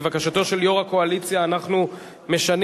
לבקשתו של יושב-ראש הקואליציה אנחנו משנים